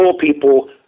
people